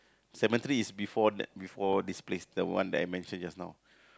cemetery is before that before this place the one that I mention just now